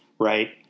right